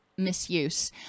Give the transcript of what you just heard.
misuse